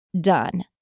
done